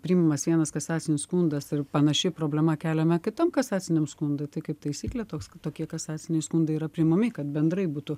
priimamas vienas kasacinis skundas ir panaši problema keliame kitam kasaciniam skundui tai kaip taisyklė toks kad tokie kasaciniai skundai yra priimami kad bendrai būtų